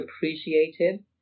appreciated